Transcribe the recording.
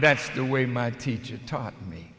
that's the way my teacher taught me